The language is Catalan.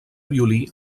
violí